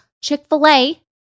Chick-fil-A